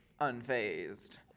unfazed